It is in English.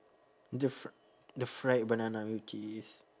the fri~ the fried banana with cheese